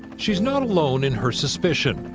she's not alone in her suspicion.